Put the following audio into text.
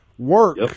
Work